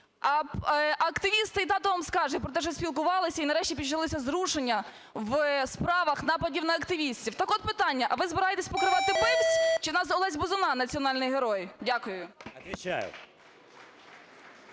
А активісти і тато вам скаже про те, що спілкувалися і нарешті почалися зрушення в справах нападів на активістів. Так от питання: а ви збираєтесь покривати вбивць чи у нас Олесь Бузина національний герой? Дякую.